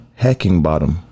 Hackingbottom